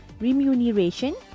remuneration